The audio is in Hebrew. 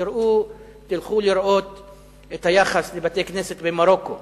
תראו את היחס לבתי-כנסת במרוקו